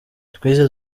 twize